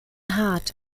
hart